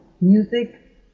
music